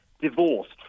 divorced